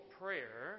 prayer